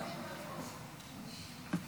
(פסלות לרשת),